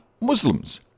Muslims